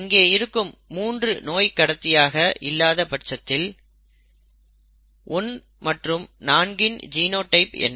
இங்கே இருக்கும் 3 நோய் கடத்தியாக இல்லாத பட்சத்தில் 1 மற்றும் 4 இன் ஜினோடைப்ஸ் என்ன